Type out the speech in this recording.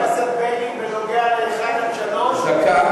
אדוני מוכן להסביר למליאה על ההסתייגות של חבר הכנסת בגין,